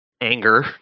Anger